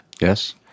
Yes